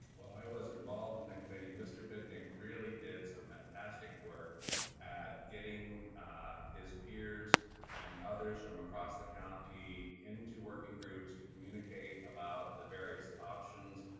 while, i was involved in the committee and mr. bidnick really did some fantastic work at getting his peers and others from across the county, into working groups to communicate about the various options,